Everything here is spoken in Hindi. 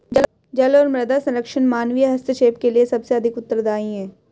जल और मृदा संरक्षण मानवीय हस्तक्षेप के लिए सबसे अधिक उत्तरदायी हैं